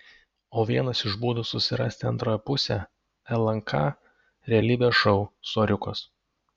o vienas iš būdų susirasti antrąją pusę lnk realybės šou soriukas